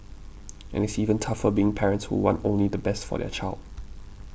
and it's even tougher being parents who want only the best for their child